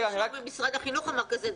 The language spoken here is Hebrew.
לא להאמין שמישהו במשרד החינוך אמר דבר כזה.